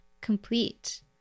complete